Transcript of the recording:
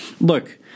look